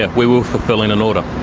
ah we were fulfilling an order.